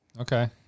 Okay